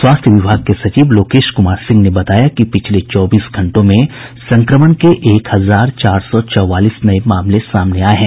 स्वास्थ्य विभाग के सचिव लोकेश कुमार सिंह ने बताया कि पिछले चौबीस घंटों में संक्रमण के एक हजार चार सौ चौवालीस नये मामले सामने आये हैं